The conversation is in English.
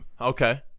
Okay